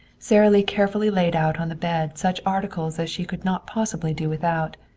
sara lee carefully laid out on the bed such articles as she could not possibly do without,